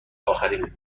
اخرین